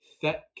thick